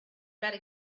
better